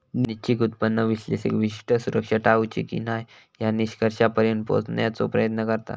निश्चित उत्पन्न विश्लेषक विशिष्ट सुरक्षा टाळूची की न्हाय या निष्कर्षापर्यंत पोहोचण्याचो प्रयत्न करता